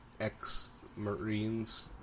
ex-marines